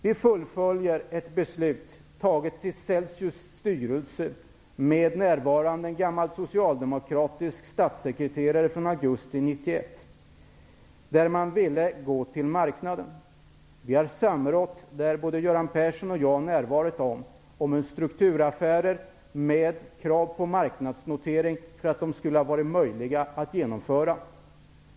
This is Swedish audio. Vi fullföljer ett beslut taget av Celsius styrelse i augusti 1991 med närvaro av en f.d. socialdemokratisk statssekreterare där man ville gå till marknaden. Vi har samrått då både Göran Persson och jag varit närvarande om strukturaffärer med krav på marknadsnotering för att de skulle vara möjliga att genomföra.